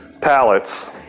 pallets